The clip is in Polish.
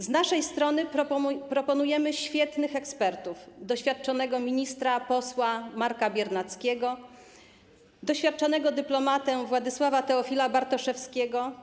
Z naszej strony proponujemy świetnych ekspertów: doświadczonego ministra posła Marka Biernackiego, doświadczonego dyplomatę Władysława Teofila Bartoszewskiego.